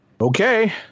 Okay